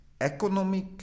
Economic